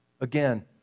Again